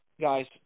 guys